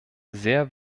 sehr